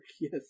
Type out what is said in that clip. yes